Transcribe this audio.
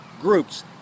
groups